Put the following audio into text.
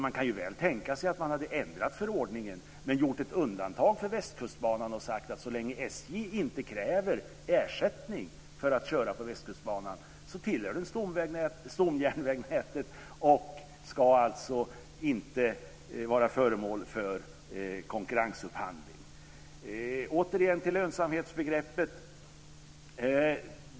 Man kan ju tänka sig att man hade ändrat förordningen men gjort ett undantag för Västkustbanan och sagt: Så länge SJ inte kräver ersättning för att köra på Västkustbanan tillhör den stomjärnvägsnätet och ska alltså inte vara föremål för konkurrensupphandling. Sedan har vi återigen frågan om lönsamhetsbegreppet.